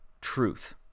truth